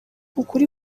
ukuri